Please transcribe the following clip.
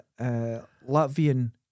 Latvian